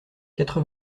quatre